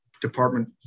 department